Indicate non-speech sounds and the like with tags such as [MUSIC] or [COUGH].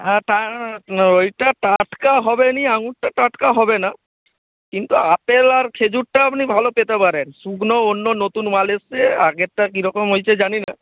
হ্যাঁ [UNINTELLIGIBLE] ওইটা টাটকা হবে না আঙুরটা টাটকা হবে না কিন্তু আপেল আর খেজুরটা আপনি ভালো পেতে পারেন শুকনো অন্য নতুন মাল এসেছে আগেরটা কীরকম হয়েছে জানি না